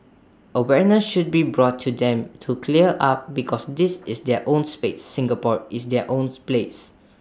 awareness should be brought to them to clear up because this is their own space Singapore is their own place